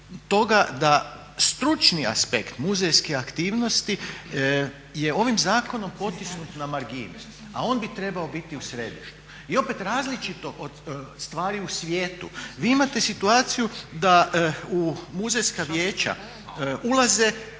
da stručni aspekt muzejskih aktivnosti je ovim zakonom potisnut na margine a on bi trebao biti u središtu. I opet različito od stvari u svijetu. Vi imate situaciju da u muzejska vijeća ulaze